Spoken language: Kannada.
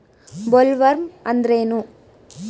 ಬೊಲ್ವರ್ಮ್ ಅಂದ್ರೇನು?